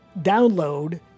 download